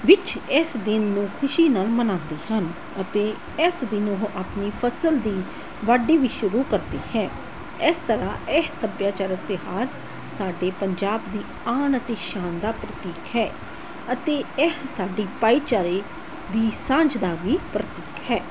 ਵਿੱਚ ਇਸ ਦਿਨ ਨੂੰ ਖੁਸ਼ੀ ਨਾਲ ਮਨਾਉਂਦੇ ਹਨ ਅਤੇ ਇਸ ਦਿਨ ਉਹ ਆਪਣੀ ਫ਼ਸਲ ਦੀ ਵਾਢੀ ਵੀ ਸ਼ੁਰੂ ਕਰਦੇ ਹੈ ਇਸ ਤਰ੍ਹਾਂ ਇਹ ਸੱਭਿਆਚਾਰਕ ਤਿਉਹਾਰ ਸਾਡੇ ਪੰਜਾਬ ਦੀ ਆਣ ਅਤੇ ਸ਼ਾਨ ਦਾ ਪ੍ਰਤੀਕ ਹੈ ਅਤੇ ਇਹ ਸਾਡੀ ਭਾਈਚਾਰੇ ਦੀ ਸਾਂਝ ਦਾ ਵੀ ਪ੍ਰਤੀਕ ਹੈ